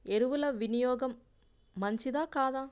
ఎరువుల వినియోగం మంచిదా కాదా?